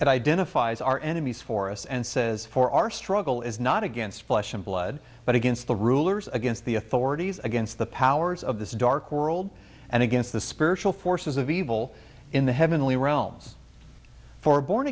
that identifies our enemies for us and says for our struggle is not against flesh and blood but against the rulers against the authorities against the powers of this dark world and against the spiritual forces of evil in the heavenly realms for born